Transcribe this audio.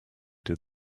did